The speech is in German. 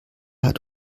hat